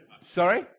Sorry